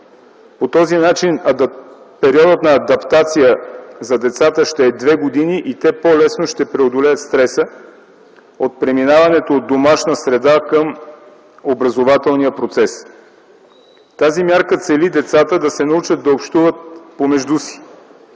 По този начин периодът на адаптация за децата ще е две години и те по-лесно ще преодолеят стреса от преминаването от домашна среда към образователния процес. Тази мярка цели децата да се научат да общуват помежду си,